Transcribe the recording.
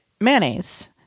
mayonnaise